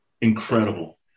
incredible